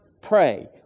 pray